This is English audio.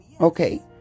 okay